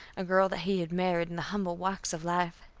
a girl that he had married in the humble walks of life.